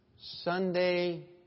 Sunday